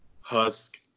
Husk